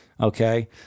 okay